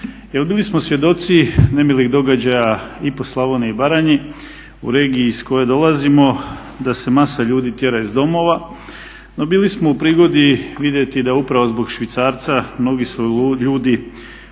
bili smo svjedoci nemilih događaja i po Slavoniji i Baranji, u regiji iz koje dolazimo da se masa ljudi tjera iz domova, no bili smo u prigodi vidjeti da upravo zbog švicarca mnogi su ljudi